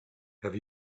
have